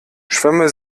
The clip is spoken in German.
schwämme